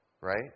right